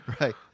right